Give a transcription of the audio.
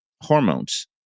hormones